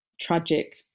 tragic